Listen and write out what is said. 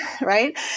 Right